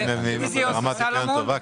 בבקשה.